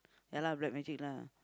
ya lah black magic lah